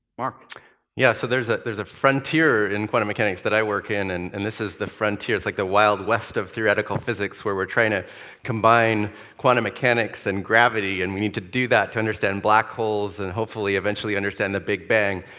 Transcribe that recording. mark yeah, so there's ah a frontier in quantum mechanics that i work in, and and this is the frontier. it's like the wild west of theoretical physics, where we're trying to combine quantum mechanics and gravity, and we need to do that to understand black holes and hopefully eventually understand the big bang.